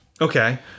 Okay